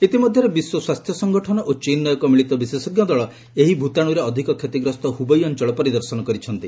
ଇତିମଧ୍ୟରେ ବିଶ୍ୱ ସ୍ୱାସ୍ଥ୍ୟ ସଙ୍ଗଠନ ଓ ଚୀନ୍ର ଏକ ମିଳିତ ବିଶେଷଜ୍ଞ ଦଳ ଏହି ଭୂତାଶୁରେ ଅଧିକ କ୍ଷତିଗ୍ରସ୍ତ ହୁବେଇ ଅଞ୍ଚଳ ପରିଦର୍ଶନ କରିଛନ୍ତି